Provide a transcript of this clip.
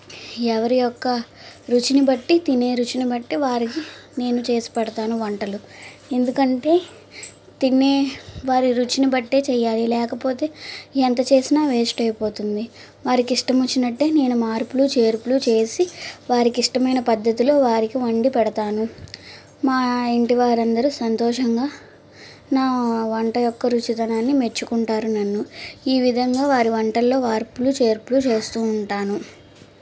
ఎవరి యొక్క రుచిని బట్టి తినే రుచిని బట్టి వారికి నేను చేసి పెడతాను వంటలు ఎందుకంటే తినే వారి రుచిని బట్టే చేయాలి లేకపోతే ఎంత చేసినా వేస్ట్ అయిపోతుంది వారికి ఇష్టం వచ్చినట్టే నేను మార్పులు చేర్పులు చేసి వారికి ఇష్టమైన పద్ధతిలో వారికి వండి పెడతాను మా ఇంటి వారందరు సంతోషంగా నా వంట యొక్క రుచితనాన్ని మెచ్చుకుంటారు నన్ను ఈ విధంగా వారి వంటల్లో మార్పులు చేర్పులు చేస్తూ ఉంటాను